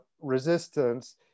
resistance